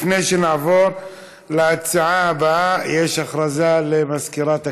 לפני שנעבור להצעה הבאה, יש הכרזה למזכירת הכנסת.